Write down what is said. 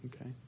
Okay